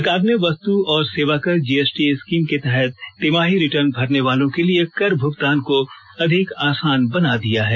सरकार ने वस्तु और सेवाकर जीएसटी स्कीम के तहत तिमाही रिटर्न भरने वालों के लिए कर भुगतान को अधिक आसान बना दिया है